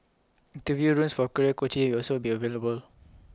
interview rooms for career coaching will also be available